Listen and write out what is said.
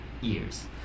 years